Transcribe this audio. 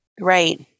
Right